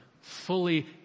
fully